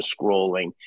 scrolling